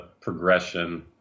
progression